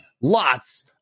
lots